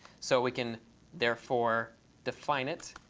so we can therefore define it.